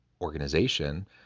organization